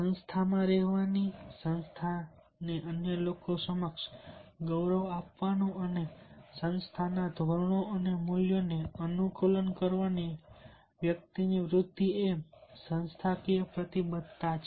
સંસ્થામાં રહેવાની સંસ્થાને અન્ય લોકો સમક્ષ ગૌરવ આપવાનું અને સંસ્થાના ધોરણો અને મૂલ્યોને અનુકૂલન કરવાની વ્યક્તિની વૃત્તિ એ સંસ્થાકીય પ્રતિબદ્ધતા છે